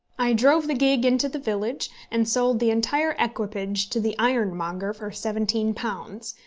i drove the gig into the village, and sold the entire equipage to the ironmonger for seventeen pounds,